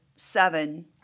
seven